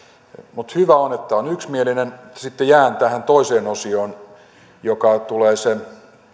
mutta hyvä on että tämä on yksimielinen sitten jään toiseen osioon huoleen joka tulee